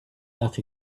that